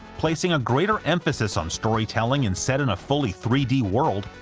placing a greater emphasis on storytelling and set in a fully three d world,